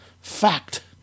Fact